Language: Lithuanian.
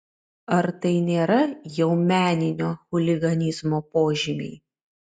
ar tai nėra jau meninio chuliganizmo požymiai